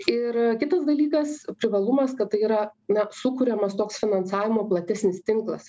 ir kitas dalykas privalumas kad tai yra na sukuriamas toks finansavimo platesnis tinklas